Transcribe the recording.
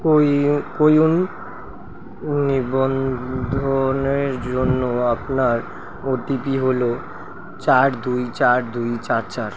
CoWIN CoWIN নিবন্ধনের জন্য আপনার ওটিপি হলো চার দুই চার দুই চার চার